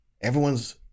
Everyone's